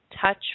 Touch